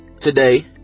today